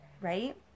right